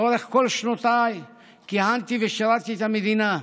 לאורך כל שנותיי כיהנתי ושירתי את המדינה.